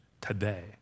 today